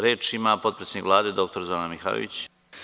Reč ima potpredsednik Vlade dr Zorana Mihajlović.